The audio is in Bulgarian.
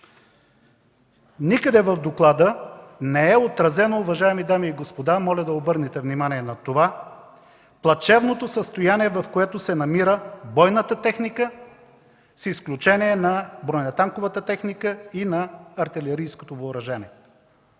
Никъде в доклада не е отразено, уважаеми дами и господа – моля да обърнете внимание на това, плачевното състояние, в което се намира бойната техника с изключение на бронетанковата техника и на артилерийското въоръжение.